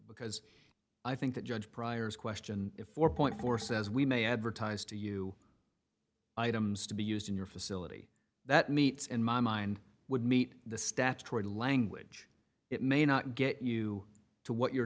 because i think that judge prior's question four point four says we may advertise to you items to be used in your facility that meets in my mind would meet the statutory language it may not get you to what you're